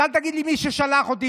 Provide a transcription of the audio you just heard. אז אל תגיד לי: מי ששלח אותי.